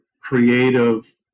creative